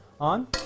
on